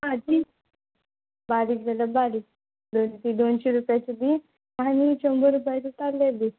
आं दी बारीक जाल्यार बारीक दोनशें रुपयाचे दी आनी शंबर रुपयाचे ताल्ले दी